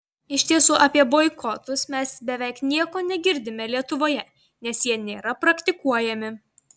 iš tiesų apie boikotus mes beveik nieko negirdime lietuvoje nes jie nėra praktikuojami